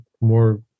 more